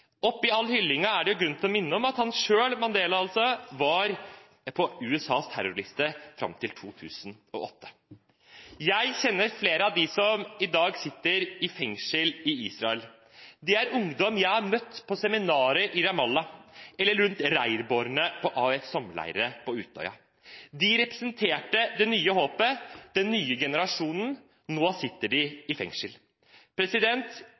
Oppi all hyllingen er det grunn til å minne om at Mandela selv var på USAs terroristliste fram til 2008. Jeg kjenner flere av dem som i dag sitter i fengsel i Israel. Det er ungdom jeg har møtt på seminarer i Ramallah eller rundt leirbålene på AUFs sommerleirer på Utøya. De representerte det nye håpet, den nye generasjonen. Nå sitter